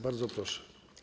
Bardzo proszę.